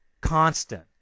constant